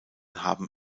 haben